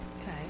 Okay